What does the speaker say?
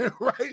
right